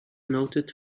noted